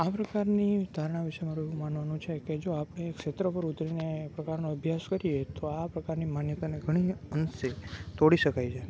આ પ્રકારની ધારણા વિશે મારું માનવાનું છે કે ક્ષેત્ર પર ઉતરીને જો આ પ્રકારનો અભ્યાસ કરીએ તો આ પ્રકારની માન્યતાને ઘણા અંશે તોડી શકાય છે